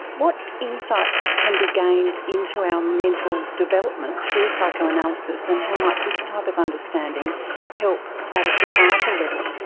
what insight can be gained into our mental development through psychoanalysis, and how might this type of understanding help at a societal level?